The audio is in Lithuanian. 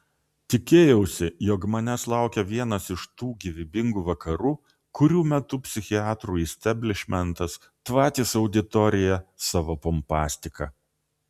tikėjausi jog manęs laukia vienas iš tų gyvybingų vakarų kurių metu psichiatrų isteblišmentas tvatys auditoriją savo pompastika